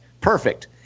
Perfect